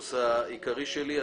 הפוקוס העיקרי שלי.